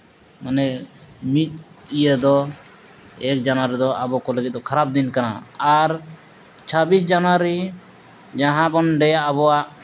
ᱢᱟᱱᱮ ᱢᱤᱫ ᱤᱭᱟᱹ ᱫᱚ ᱮᱠ ᱡᱟᱹᱱᱩᱣᱟᱨᱤ ᱫᱚ ᱟᱵᱚᱠᱚ ᱞᱟᱹᱜᱤᱫ ᱫᱚ ᱠᱷᱟᱨᱟᱯ ᱫᱤᱱ ᱠᱟᱱᱟ ᱟᱨ ᱪᱷᱟᱵᱵᱤᱥ ᱡᱟᱹᱱᱩᱣᱟᱨᱤ ᱡᱟᱦᱟᱸ ᱵᱚᱱ ᱞᱟᱹᱭᱟ ᱟᱵᱚᱣᱟᱜ